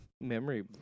memory